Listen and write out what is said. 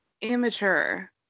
immature